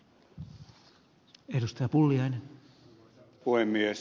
arvoisa puhemies